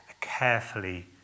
carefully